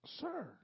sir